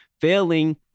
Failing